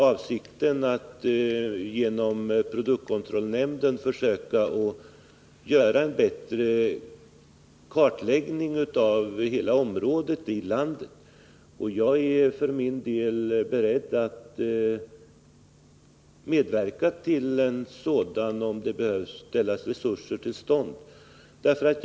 Avsikten är att genom produktkontrollnämnden försöka göra en bättre kartläggning av hela området i landet. Jag är för min del beredd att medverka till att ställa resurser till förfogande om det behövs.